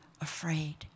afraid